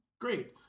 Great